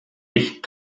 nicht